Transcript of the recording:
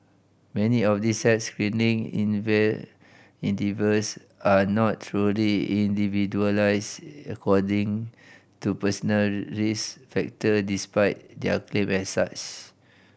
many of these health screening endeavours are not truly individualised according to personal risk factor despite their claim as such